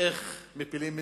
ואיך מפילים ממשלה.